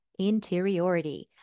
interiority